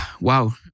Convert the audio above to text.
Wow